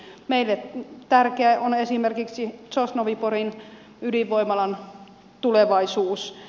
meille tärkeä on esimerkiksi sosnovyi borin ydinvoimalan tulevaisuus